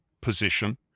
position